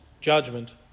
judgment